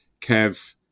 Kev